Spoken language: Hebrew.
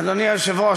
אדוני היושב-ראש,